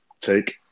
Take –